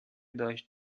داشت